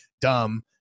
dumb